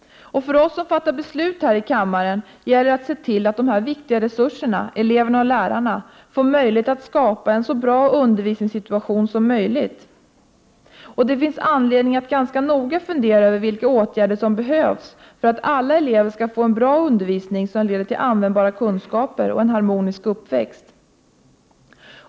För oss som fattar beslut i den här kammaren gäller det att se till att dessa viktiga resurser, elever och lärare, får möjlighet att skapa en så bra undervisningssituation som möjligt. Det finns anledning att noga fundera över vilka åtgärder som behövs för att alla elever skall få en bra undervisning, som leder till användbara kunskaper och en harmonisk uppväxt.